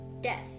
death